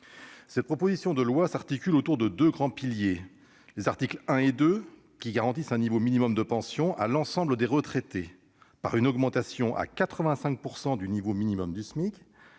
Cette proposition de loi s'articule autour de deux piliers. D'un côté, les articles 1 et 2 garantissent un niveau minimum de pension à l'ensemble des retraités, par une augmentation de leur montant à 85 % du niveau minimum du SMIC